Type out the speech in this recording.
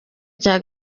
cya